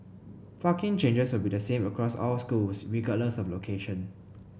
parking charges will be the same across all schools regardless of location